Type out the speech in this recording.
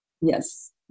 yes